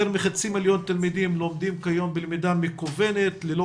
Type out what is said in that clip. יותר מחצי מיליון תלמידים לומדים כיום בלמידה מקוונת ללא